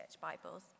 Bibles